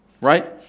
right